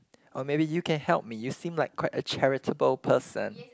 or maybe you can help me you seem like quite a charitable person